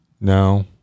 No